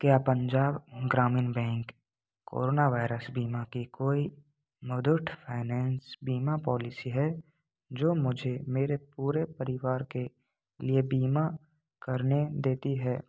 क्या पंजाब ग्रामीण bank corona virus बीमा की कोई मुथूट फाइनेंस बीमा पॉलिसी है जो मुझे मेरे पूरे परिवार के लिए बीमा करने देती है